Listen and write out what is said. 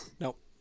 nope